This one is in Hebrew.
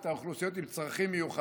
את האוכלוסיות עם צרכים מיוחדים.